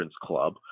club